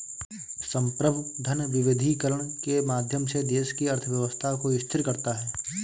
संप्रभु धन विविधीकरण के माध्यम से देश की अर्थव्यवस्था को स्थिर करता है